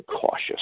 cautious